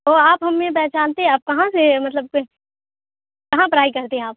تو آپ ہمیں پہچانتے آپ کہاں سے مطلب کہ کہاں پڑھائی کرتے ہیں آپ